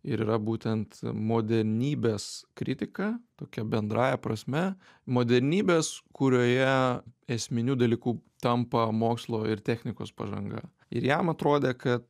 ir yra būtent modernybės kritika tokia bendrąja prasme modernybės kurioje esminiu dalyku tampa mokslo ir technikos pažanga ir jam atrodė kad